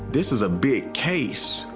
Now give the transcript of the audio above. this is a big case,